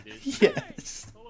Yes